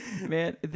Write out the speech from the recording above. Man